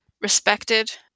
respected